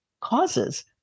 causes